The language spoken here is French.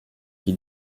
qui